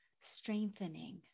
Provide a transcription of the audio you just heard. strengthening